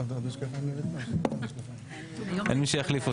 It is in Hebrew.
אין מי שיחליף אותי.